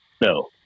No